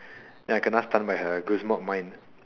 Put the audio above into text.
then I kena stun by her mine